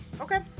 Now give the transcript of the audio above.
Okay